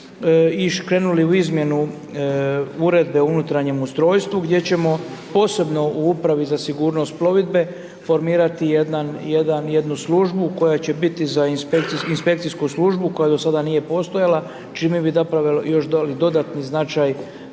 krenuli u izmjenu Uredbe o unutarnjem ustrojstvu gdje ćemo posebno u Upravi za sigurnost plovidbe, formirati jednu inspekcijsku službu koja do sada nije postojala čime bi zapravo još dodali dodatni značaj